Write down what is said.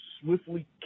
swiftly